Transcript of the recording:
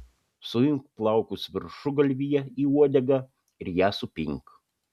suimk plaukus viršugalvyje į uodegą ir ją supink